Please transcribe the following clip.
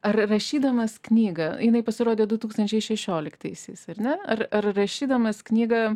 ar rašydamas knygą jinai pasirodė du tūkstančiai šešioliktaisiais ar ne ar ar rašydamas knygą